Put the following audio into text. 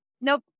Nope